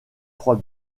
trois